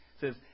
says